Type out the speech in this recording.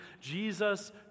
Jesus